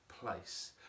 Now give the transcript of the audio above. place